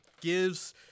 gives